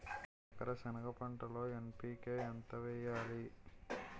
ఎకర సెనగ పంటలో ఎన్.పి.కె ఎంత వేయాలి?